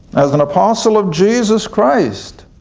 as an apostle of jesus christ,